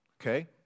okay